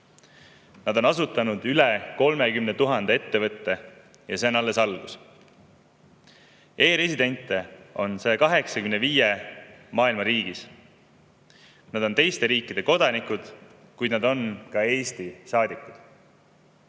nad on asutanud üle 30 000 ettevõtte, ja see on alles algus. E‑residente on maailma 185 riigis. Nad on teiste riikide kodanikud, kuid nad on ka Eesti saadikud.